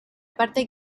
parte